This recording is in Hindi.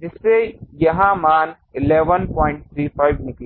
जिससे यह मान 1135 निकला